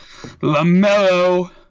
LaMelo